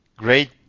Great